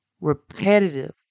repetitive